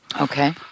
Okay